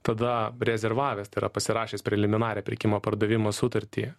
tada rezervavęs tai yra pasirašęs preliminarią pirkimo pardavimo sutartį